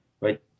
right